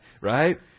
Right